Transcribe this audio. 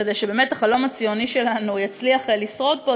כדי שבאמת החלום הציוני שלנו יצליח לשרוד פה,